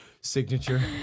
Signature